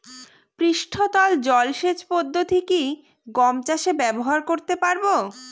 পৃষ্ঠতল জলসেচ পদ্ধতি কি গম চাষে ব্যবহার করতে পারব?